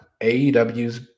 AEW's